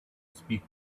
speak